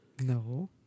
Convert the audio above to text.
No